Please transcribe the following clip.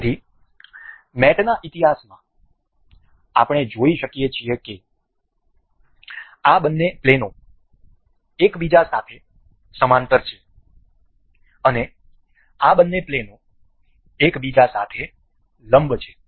તેથી મેટના ઇતિહાસમાં આપણે જોઈ શકીએ છીએ કે આ બંને પ્લેનો એકબીજા સાથે સમાંતર છે અને આ બંને પ્લેનો એકબીજા સાથે લંબ છે